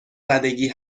زدگی